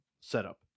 setup